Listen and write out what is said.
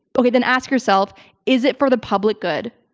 okay then ask yourself is it for the public good?